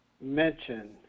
mention